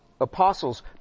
apostles